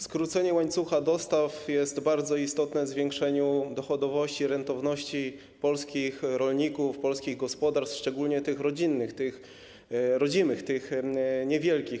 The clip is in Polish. Skrócenie łańcucha dostaw jest bardzo istotne w zwiększeniu dochodowości, rentowności polskich rolników, polskich gospodarstw, szczególnie tych rodzinnych, tych rodzimych, tych niewielkich.